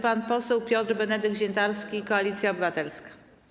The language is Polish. Pan poseł Piotr Benedykt Zientarski, Koalicja Obywatelska.